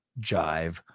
jive